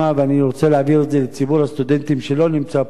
ואני רוצה להעביר את זה לציבור הסטודנטים שלא נמצא פה,